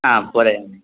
ह पूरयतु